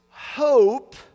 Hope